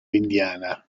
indiana